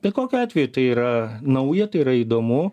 bet kokiu atveju tai yra nauja tai yra įdomu